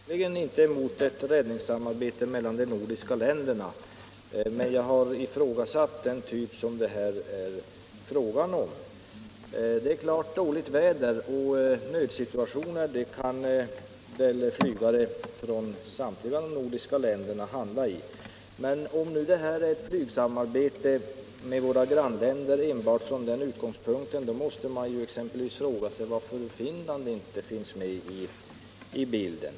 Herr talman! Jag är verkligen inte emot ett räddningssamarbete mellan de nordiska länderna, men jag har ifrågasatt den typ som det här gäller. Dåligt väder och nödsituationer kan givetvis flygare från samtliga nordiska länder hamna i. Men om vi nu har detta flygsamarbete med våra grannländer enbart från den utgångspunkten, måste man fråga sig varför Finland inte är med i bilden.